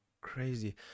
crazy